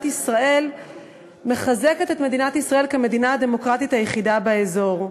ישראל מחזקת את ישראל כמדינה הדמוקרטית היחידה באזור.